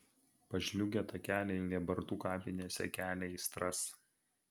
pažliugę takeliai lėbartų kapinėse kelia aistras